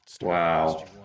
Wow